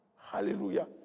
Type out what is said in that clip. Hallelujah